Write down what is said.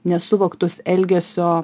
nesuvoktus elgesio